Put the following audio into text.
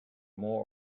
more